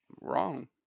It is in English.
wrong